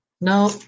No